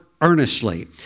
earnestly